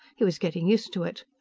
he was getting used to it.